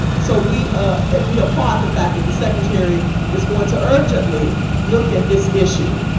so we ah we applaud the fact that the secretary is going to urgently look at this issue.